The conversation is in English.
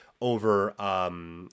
over